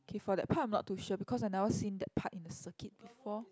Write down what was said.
okay for that part I am not too sure because I've never seen that part in the circuit before